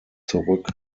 zurück